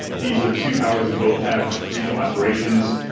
these are two powers that both have regional aspirations.